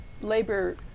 labor